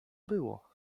było